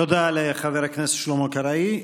תודה לחבר הכנסת שלמה קרעי.